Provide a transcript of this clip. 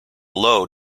low